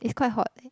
it's quite hot